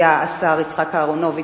היה השר יצחק אהרונוביץ,